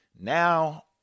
now